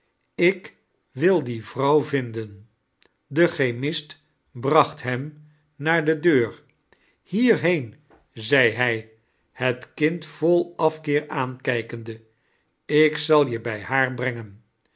ik wil die vrouw vinden de chemist bracht hem naar de deur hierheen zei hij het kind vol afkeer aankijkende ik zal je bij haar brengen